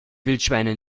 wildschweine